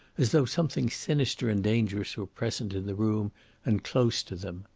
as though something sinister and dangerous were present in the room and close to them.